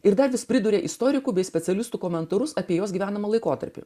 ir dar priduria istorikų bei specialistų komentarus apie jos gyvenamu laikotarpiu